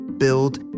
Build